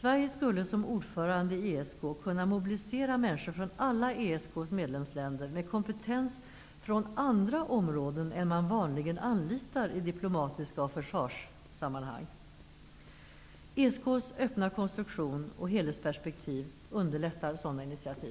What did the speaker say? Sverige skulle som ordförande i ESK kunna mobilisera människor från alla ESK:s medlemsländer med kompetens från andra områden än man vanligen anlitar i diplomatiska kretsar och i försvarssammanhang. ESK:s öppna konstruktion och helhetsperspektiv underlättar sådana initiativ.